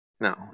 No